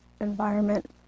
environment